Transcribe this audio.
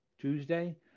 Tuesday